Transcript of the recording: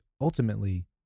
ultimately